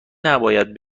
نباید